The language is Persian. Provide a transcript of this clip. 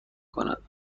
کند